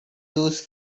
those